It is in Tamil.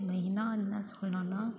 மெயினாக என்ன சொல்லுணுன்னால்